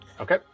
Okay